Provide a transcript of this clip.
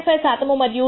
5 శాతము మరియు 2